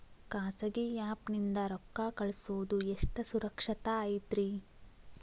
ಖಾಸಗಿ ಆ್ಯಪ್ ನಿಂದ ರೊಕ್ಕ ಕಳ್ಸೋದು ಎಷ್ಟ ಸುರಕ್ಷತಾ ಐತ್ರಿ?